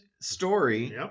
story